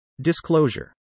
Disclosure